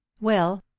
Well